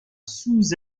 sous